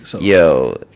Yo